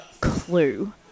clue